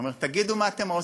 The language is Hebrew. הוא אומר: תגידו מה אתם עושים.